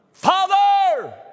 Father